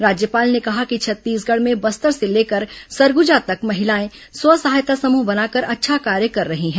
राज्यपाल ने कहा कि छत्तीसगढ़ में बस्तर से लेकर सरगुजा तक महिलाएं स्व सहायता समूह बनाकर अच्छा कार्य कर रही हैं